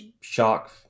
shock